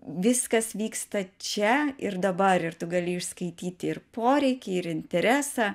viskas vyksta čia ir dabar ir tu gali išskaityti ir poreikį ir interesą